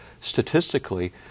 statistically